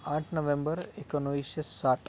आठ नवेंबर एकोणाविसशे साठ